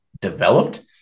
developed